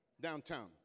downtown